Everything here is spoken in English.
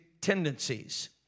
tendencies